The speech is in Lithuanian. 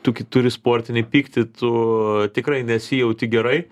tuki turi sportinį pyktį tu tikrai nesijauti gerai